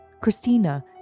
Christina